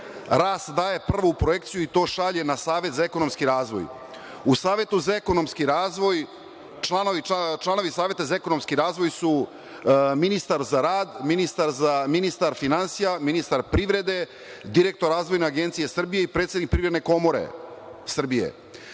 RAS daje prvu projekciju i to šalje na Savet za ekonomski razvoj. Članovi Saveta za ekonomski razvoj su ministar za rad, ministar finansija, ministar privrede, direktor Razvojne agencije Srbije i predsednik Privredne komore Srbije.